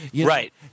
Right